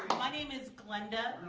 my name is glenda